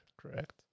Correct